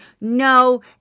No